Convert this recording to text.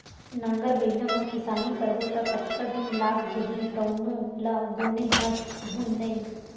नांगर बइला म किसानी करबो त कतका दिन लाग जही तउनो ल गुने हस धुन नइ